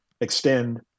extend